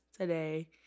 today